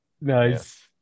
nice